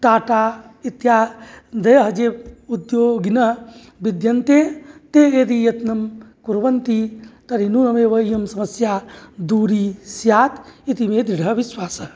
टाटा इत्यादयः ये उद्योगिनः विद्यन्ते ते यदि यत्नं कुर्वन्ति तर्हि नूनमेव इयं समस्याः दूरी स्यात् इति मे दृढः विश्वासः